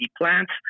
plants